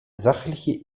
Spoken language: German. sachliche